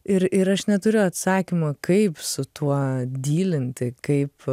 ir ir aš neturiu atsakymo kaip su tuo dylinti kaip